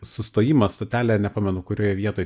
sustojimas stotelė nepamenu kurioj vietoj